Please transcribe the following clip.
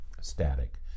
static